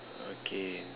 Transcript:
okay